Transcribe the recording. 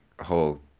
whole